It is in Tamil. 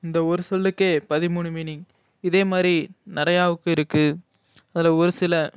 இந்த ஒரு சொல்லுக்கே பதிமூணு மீனிங் இதே மாரி நிறையாவுக்கு இருக்கு அதில் ஒரு சில